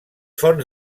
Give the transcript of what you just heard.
fonts